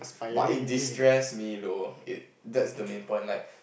but it distress me though it that's the main point like